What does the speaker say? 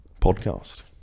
podcast